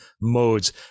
modes